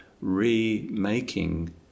remaking